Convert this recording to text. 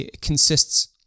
consists